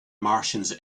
martians